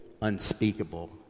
unspeakable